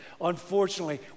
Unfortunately